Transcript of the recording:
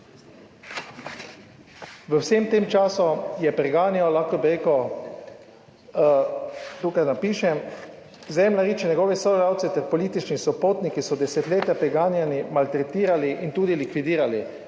v vsem tem času je preganjal, tukaj napišem, Zemljarič in njegove sodelavce ter politični sopotniki so desetletja preganjali, maltretirali in tudi likvidirali.